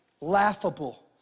laughable